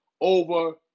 over